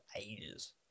ages